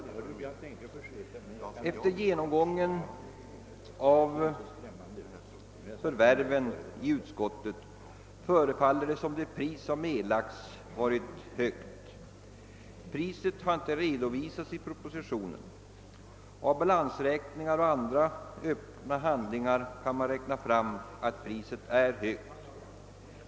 Efter genomgången i utskottet av förvärven förefaller det som om det pris som har erlagts varit högt. Priset har inte redovisats i propositionen, men av balansräkningar och andra öppna handlingar kan man räkna fram att priset är högt.